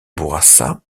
bourassa